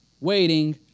waiting